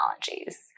technologies